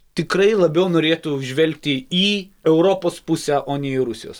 tikrai labiau norėtų žvelgti į europos pusę o ne į rusijos